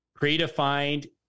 predefined